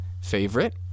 favorite